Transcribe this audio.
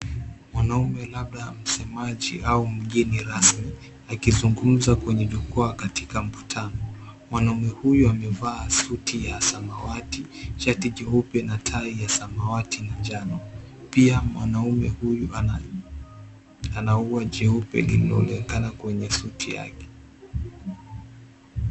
Mwanaume labda msemaji au mgeni rasmi akizingumza kwenye jukwaa katika mkutano. Mwanaume huyu amevaa suti ya samawati shati jeupe na tai ya samawati na njano. Pia mwanaume huyu ana ua jeupe linaloonekana kwenye suti yake.